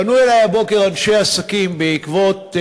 פנו אלי הבוקר אנשי עסקים בעקבות,